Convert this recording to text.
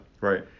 Right